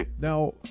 Now